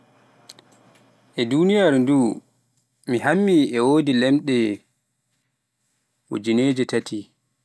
mi hammi e wodi ɗemle ujineje taati.